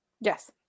yes